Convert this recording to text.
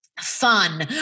fun